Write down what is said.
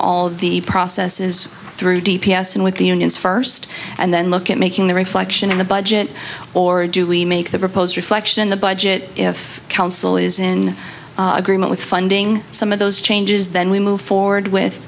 of the process is through d p s and with the unions first and then look at making the reflection in the budget or do we make the proposed reflection the budget if council is in agreement with funding some of those changes then we move forward with